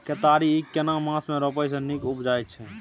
केतारी या ईख केना मास में रोपय से नीक उपजय छै?